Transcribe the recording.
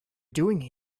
doing